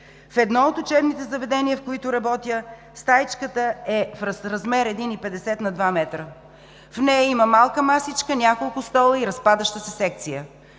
В едно от учебните заведения, в които работя, стаичката е с размер 1,50 на 2 метра. В нея има малка масичка, няколко стола и разпадаща се секция.